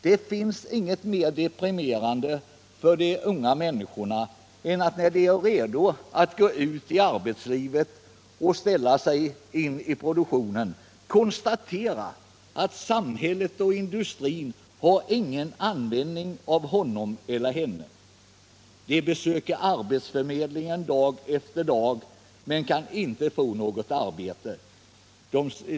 Det finns inget mer deprimerande för unga människor än att de, när de är redo att gå ut i arbetslivet, måste konstatera att samhället och industrin ingen användning har för dem. De besöker arbetsförmedlingen dag efter dag men kan inte få något arbete.